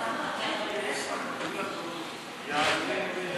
חברת הכנסת מיכל